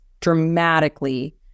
dramatically